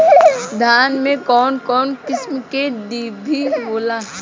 धान में कउन कउन किस्म के डिभी होला?